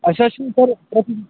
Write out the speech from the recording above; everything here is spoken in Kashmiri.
اَسہِ حظ چھِ سر